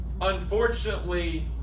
Unfortunately